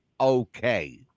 okay